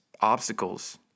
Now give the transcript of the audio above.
obstacles